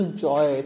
joy